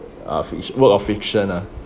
are fic~ work of fiction ah